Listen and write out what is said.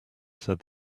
said